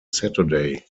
saturday